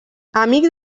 amic